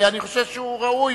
ואני חושב שהוא ראוי,